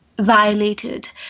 violated